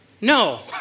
No